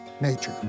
nature